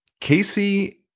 casey